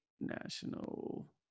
National